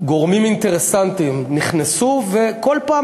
גורמים אינטרסנטיים נכנסו וכל פעם